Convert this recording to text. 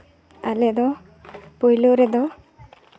ᱟᱞᱮ ᱫᱚ ᱯᱳᱭᱞᱳ ᱨᱮᱫᱚ